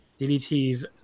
DDT's